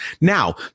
Now